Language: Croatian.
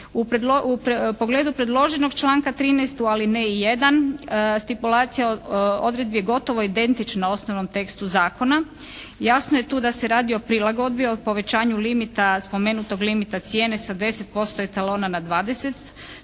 u pogledu predloženog članka 13. u alineji 1. stipulacija odredbi je gotovo identična osnovnom tekstu zakona. Jasno je tu da se radi o prilagodbi, o povećanju limita, spomenutog limita cijene sa 10% etalona na 20